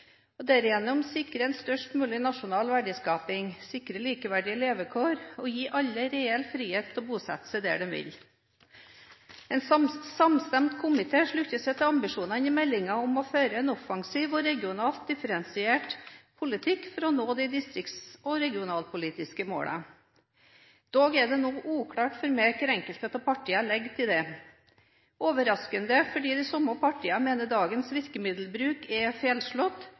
seg der de vil. En samstemt komité slutter seg til ambisjonene i meldingen om å føre en offensiv og regionalt differensiert politikk for å nå de distrikts- og regionalpolitiske målene. Dog er det nå uklart for meg hva enkelte av partiene legger i det. Det er overraskende fordi de samme partiene mener dagens virkemiddelbruk er feilslått